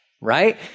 Right